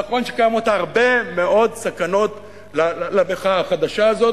נכון שקיימות הרבה מאוד סכנות למחאה החדשה הזאת,